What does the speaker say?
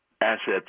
assets